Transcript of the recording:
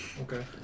Okay